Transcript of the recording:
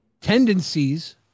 tendencies